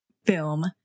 film